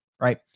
right